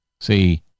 See